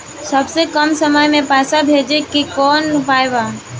सबसे कम समय मे पैसा भेजे के कौन उपाय बा?